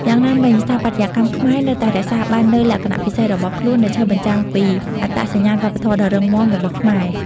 យ៉ាងណាមិញ ស្ថាបត្យកម្មខ្មែរនៅតែរក្សាបាននូវលក្ខណៈពិសេសរបស់ខ្លួន ដែលឆ្លុះបញ្ចាំងពីអត្តសញ្ញាណវប្បធម៌ដ៏រឹងមាំរបស់ខ្មែរ។